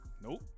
Nope